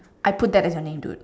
I put that as your name dude